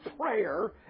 prayer